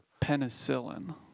penicillin